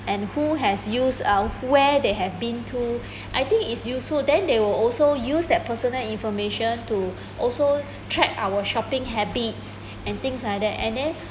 and who has used uh where they have been to I think it's useful then they will also use that personal information to also track our shopping habits and things like that and then